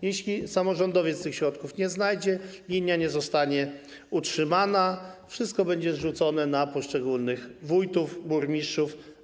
Jeśli samorządowiec tych środków nie znajdzie, linia nie zostanie utrzymana, wszystko zostanie zrzucone na poszczególnych wójtów, burmistrzów.